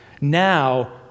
now